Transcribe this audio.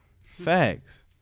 Facts